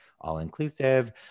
all-inclusive